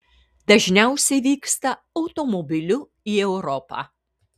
dažniausiai vyksta automobiliu į europą